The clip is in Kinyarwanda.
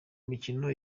mikino